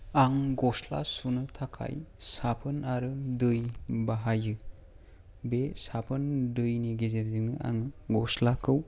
आं गस्ला सुनो थाखाय साबोन आरो दै बाहायो बे साबोन दैनि गेजेरजोंनो आङो गस्लाखौ